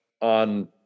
on